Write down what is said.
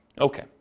Okay